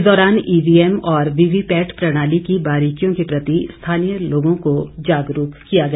इस दौरान ईवीएम और वीवीपैट प्रणाली की बारीकियों के प्रति स्थानीय लोगों को जागरूक किया गया